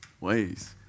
ways